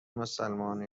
مسلمان